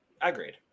Agreed